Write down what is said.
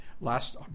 last